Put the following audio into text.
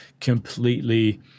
completely